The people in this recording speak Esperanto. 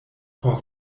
por